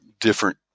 different